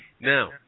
Now